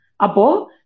Apo